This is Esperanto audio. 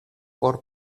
por